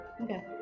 Okay